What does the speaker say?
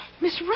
Miss